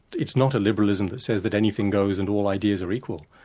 it's not a liberalism that says that anything goes and all ideas are equal.